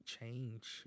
change